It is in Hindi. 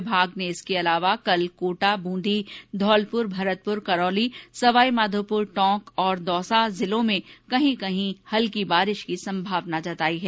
विमाग ने इसके अलावा कल कोटा ब्रेंदी धौलपुर भरतपुर करौली सवाई माधोपुर टोंक और दौसा में कहीं कहीं हल्की वर्षा की संभावना जताई हैं